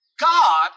God